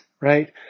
right